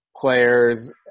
Players